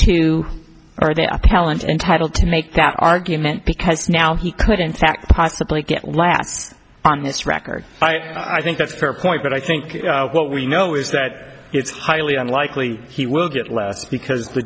or their talent entitled to make that argument because now he could in fact possibly get last on this record i think that's fair point but i think what we know is that it's highly unlikely he will get less because the